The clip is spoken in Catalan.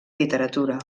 literatura